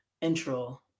intro